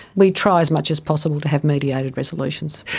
we try as much as possible to have mediated resolutions.